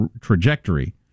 trajectory